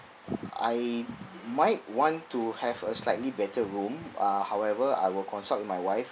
I might want to have a slightly better room uh however I will consult with my wife